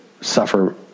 suffer